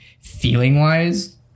feeling-wise